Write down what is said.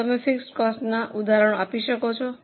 હવે તમે ફિક્સડ કોસ્ટનાં ઉદાહરણો આપી શકો છો